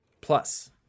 Plus